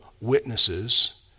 Witnesses